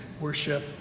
worship